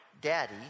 Daddy